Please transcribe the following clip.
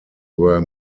were